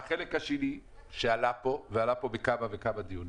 החלק השני שעלה פה, ועלה פה בכמה וכמה דיונים,